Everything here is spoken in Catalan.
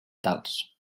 tals